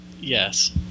Yes